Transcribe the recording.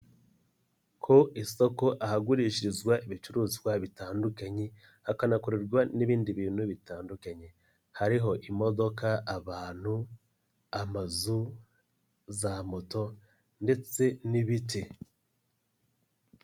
Ku isoko ahagurishirizwa ibicuruzwa bitandukanye hakanakorerwa n'ibindi bintu bitandukanye hariho imodoka, abantu amazu, za moto ndetse n'ibiti.